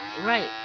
right